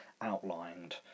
outlined